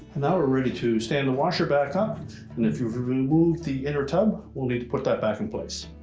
now, we're ready to stand the washer back up and if you removed the inner tub, we'll need to put that back in place.